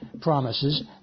promises